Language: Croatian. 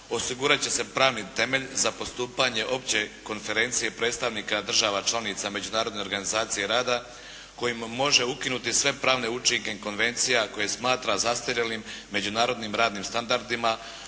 osigurat će se pravni temelj za postupanje opće konferencije predstavnika država članica Međunarodne organizacije rada kojim može ukinuti sve pravne učinke konvencija koje smatra zastarjelim međunarodnim radnim standardima,